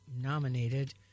nominated